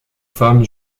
femmes